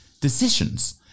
decisions